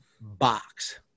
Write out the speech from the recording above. box